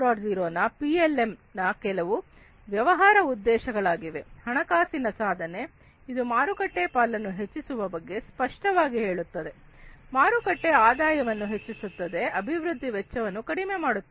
0 ನ ಪಿಎಲ್ಎಂ ನ ಕೆಲವು ವ್ಯವಹಾರ ಉದ್ದೇಶಗಳಾಗಿವೆ ಹಣಕಾಸಿನ ಸಾಧನೆ ಇದು ಮಾರುಕಟ್ಟೆ ಪಾಲನ್ನು ಹೆಚ್ಚಿಸುವ ಬಗ್ಗೆ ಸ್ಪಷ್ಟವಾಗಿ ಹೇಳುತ್ತದೆ ಮಾರುಕಟ್ಟೆ ಆದಾಯವನ್ನು ಹೆಚ್ಚಿಸುತ್ತದೆ ಅಭಿವೃದ್ಧಿ ವೆಚ್ಚವನ್ನು ಕಡಿಮೆ ಮಾಡುತ್ತದೆ